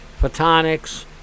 photonics